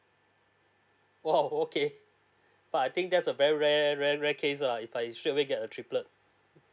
!wow! okay but I think that's a very rare rare rare case uh if I straight away get a triplet